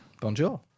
bonjour